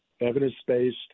evidence-based